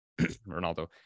Ronaldo